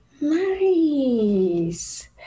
Nice